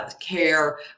care